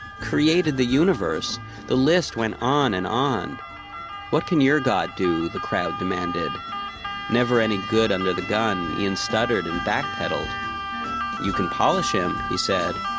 created the universe the list went on and on what can your god do? the crowd demanded never any good under the gun, ian stuttered and back-pedaled you can polish him, he said,